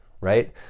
right